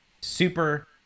super